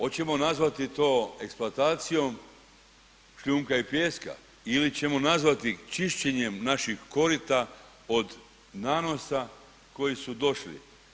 Očemo nazvati to eksploatacijom šljunka i pijeska ili ćemo nazvati čišćenjem naših korita od nanosa koji su došli?